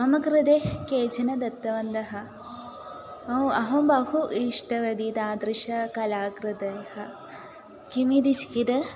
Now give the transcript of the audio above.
मम कृते केचन दत्तवन्तः ओ अहं बहु इष्टवती तादृशकलाकृतयः किमिति चिकिद